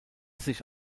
sich